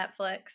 Netflix